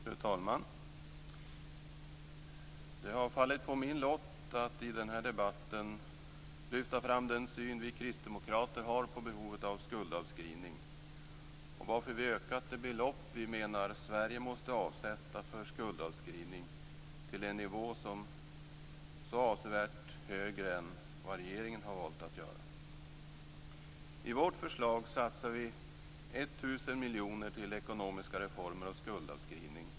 Fru talman! Det har fallit på min lott att i den här debatten lyfta fram den syn vi kristdemokrater har på behovet av skuldavskrivning och frågan om varför vi har ökat det belopp vi menar att Sverige måste avsätta för skuldavskrivning till en nivå som är avsevärt högre än vad regeringen har valt att göra. I vårt förslag satsar vi 1 000 miljoner till ekonomiska reformer och skuldavskrivning.